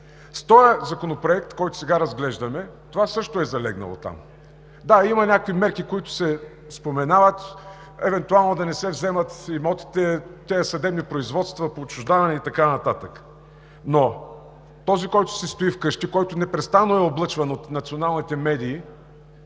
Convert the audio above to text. в Законопроекта, който сега разглеждаме. Да, има някакви мерки, които се споменават, евентуално да не се вземат имотите, съдебните производства по отчуждаване и така нататък. Но този, който си стои вкъщи и непрестанно е облъчван от националните медии